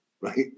right